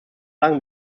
lang